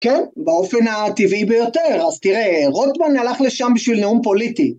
כן, באופן הטבעי ביותר, אז תראה, רוטמן הלך לשם בשביל נאום פוליטי